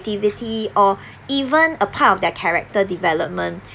or even a part of their character development